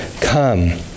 come